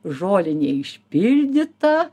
žolinė išpildyta